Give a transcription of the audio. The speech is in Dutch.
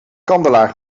kandelaar